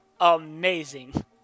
Amazing